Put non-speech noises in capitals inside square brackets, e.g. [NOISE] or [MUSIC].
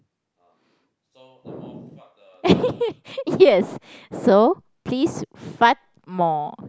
[NOISE] [LAUGHS] yes so please fart more